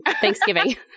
Thanksgiving